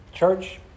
Church